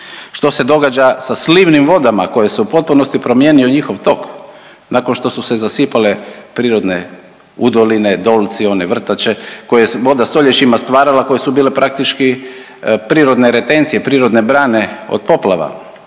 Što se događa sa slivnim vodama koje su u potpunosti promijenio njihov tok nakon što su se zasipale prirodne udoline, dolci, one vrtače koje je voda stoljećima stvarala koje su bile praktički prirodne retencije, prirodne brane od poplava?